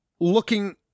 looking